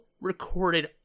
recorded